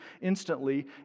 instantly